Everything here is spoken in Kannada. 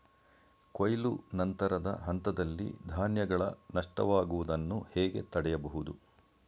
ಕೊಯ್ಲು ನಂತರದ ಹಂತದಲ್ಲಿ ಧಾನ್ಯಗಳ ನಷ್ಟವಾಗುವುದನ್ನು ಹೇಗೆ ತಡೆಯಬಹುದು?